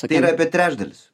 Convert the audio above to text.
tai yra apie trečdalis